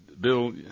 Bill